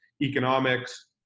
economics